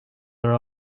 are